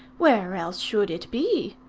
where else should it be?